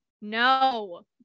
No